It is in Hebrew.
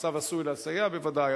הצו עשוי לסייע בוודאי.